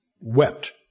wept